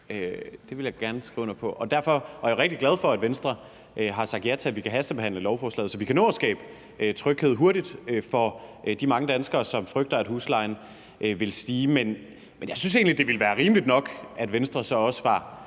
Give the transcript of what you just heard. det vil jeg gerne skrive under på – og jeg er rigtig glad for, at Venstre har sagt ja til, at vi kan hastebehandle lovforslaget, så vi kan nå at skabe tryghed hurtigt for de mange danskere, som frygter, at huslejen vil stige. Men jeg synes egentlig, det ville være rimeligt nok, at Venstre så også var